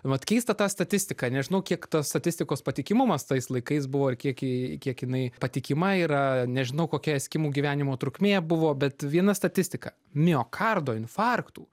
vat keistą tą statistiką nežinau kiek tas statistikos patikimumas tais laikais buvo ir kiek ji kiek jinai patikima yra nežinau kokia eskimų gyvenimo trukmė buvo bet viena statistika miokardo infarktų